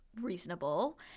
reasonable